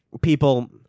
people